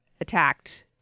attacked